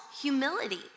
humility